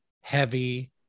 heavy